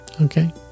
Okay